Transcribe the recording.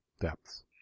depths